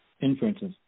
Inferences